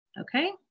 Okay